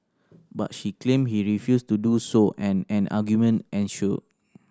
but she claimed he refused to do so and an argument ensued